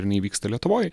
ir neįvyksta lietuvoje